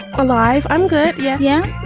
alive. i'm good. yeah. yeah.